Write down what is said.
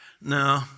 no